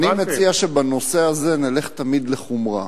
אני מציע שבנושא הזה נלך תמיד לחומרה.